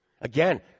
Again